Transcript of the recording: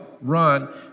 run